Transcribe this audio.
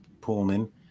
Pullman